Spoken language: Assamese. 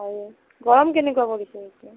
অঁ গৰম কেনেকুৱা পৰিছে এতিয়া